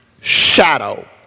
shadow